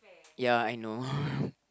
ya I know